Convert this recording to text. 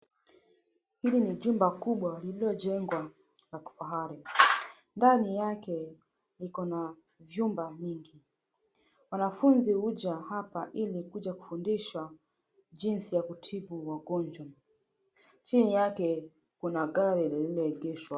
Hili ni jumba kubwa lililojengwa la kifahari. Ndani yake vikona jumba vingi. Wanafunzi huja hapa ili kuja kufundishwa jinsi ya kutibu wagonjwa. Chini yake kuna gari lililoegeshwa.